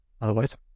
Otherwise